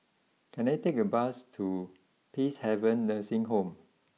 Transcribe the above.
can I take a bus to Peacehaven Nursing Home